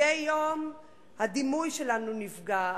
מדי יום הדימוי שלנו נפגע,